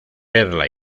perla